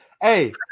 Hey